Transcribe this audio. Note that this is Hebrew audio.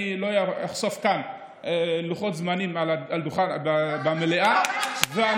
אני לא אחשוף כאן לוחות זמנים על דוכן המליאה אבל זה קורה עכשיו.